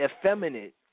effeminate